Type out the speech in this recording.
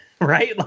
right